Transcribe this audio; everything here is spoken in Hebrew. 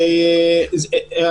איפה הם היו עד עכשיו?